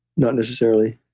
not necessarily